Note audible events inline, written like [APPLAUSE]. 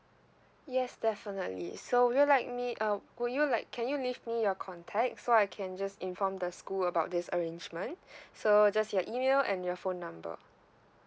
yes definitely so would you like me um would you like can you leave me your contact so I can just inform the school about this arrangement [BREATH] so just your email and your phone number